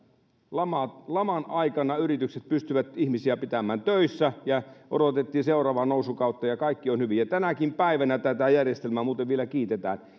laman laman aikana yritykset pystyivät ihmisiä pitämään töissä ja odotettiin seuraavaa nousukautta ja kaikki oli hyvin tänäkin päivänä tätä järjestelmää muuten vielä kiitetään